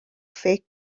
فکر